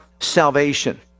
salvation